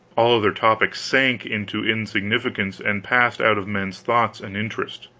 all other topics sank into insignificance and passed out of men's thoughts and interest.